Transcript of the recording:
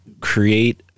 create